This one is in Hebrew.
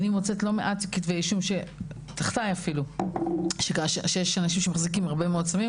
אני מוצאת לא מעט כתבי אישום שיש אנשים שמחזיקים הרבה מאוד סמים.